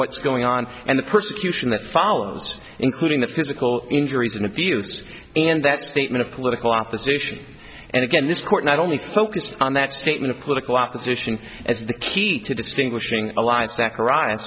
what's going on and the persecution that follows including the physical injuries and abuse and that statement of political opposition and again this court not only focused on that statement of political opposition as the key to distinguishing ally's zachari